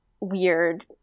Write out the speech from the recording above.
weird